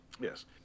Yes